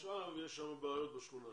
עכשיו יש שם בעיות בשכונה הזאת.